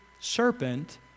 serpent